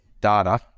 data